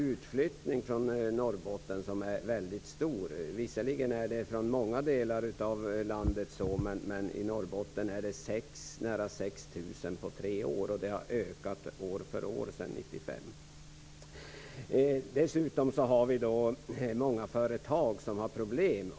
Utflyttningen från Norrbotten är stor. Det gäller visserligen för många delar av landet. Men i Norrbotten har det varit nära 6 000 på tre år, och mängden har ökat år för år sedan 1995. Många företag har problem.